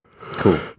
Cool